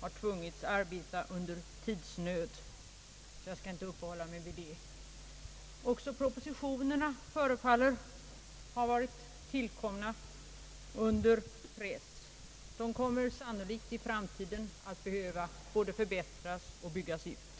har tvingats att arbeta under tidsnöd. Jag skall inte uppehålla mig vid det. Också propositionerna förefaller ha varit tillkomna under press. De kommer sannolikt i framtiden att behöva både förbättras och byggas ut.